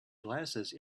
glasses